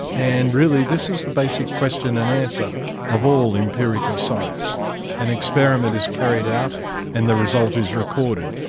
and really this is the basic question and answer of all empirical science an experiment is carried out and the result is recorded.